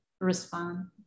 respond